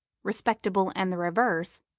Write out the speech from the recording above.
respectable and the reverse,